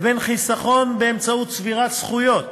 לבין חיסכון באמצעות צבירת זכויות,